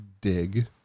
dig